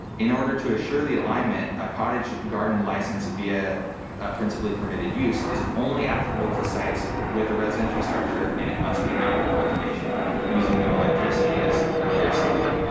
in order to assure the alignment, a cottage garden license via principally permitted use is only applicable to sites with a residential structure and it must be an outdoor cultivation using no electricity as earlier stated.